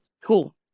Cool